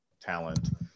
talent